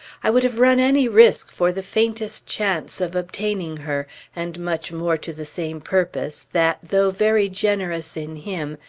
i would have run any risk for the faintest chance of obtaining her and much more to the same purpose that, though very generous in him,